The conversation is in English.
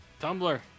Tumblr